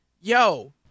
yo